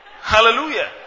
Hallelujah